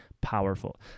powerful